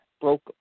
broke